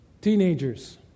Teenagers